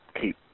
keep